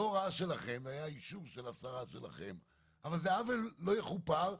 לא הוראה שלכם כי היה אישור של השרה שלכם אבל זה עוול לא יכופר,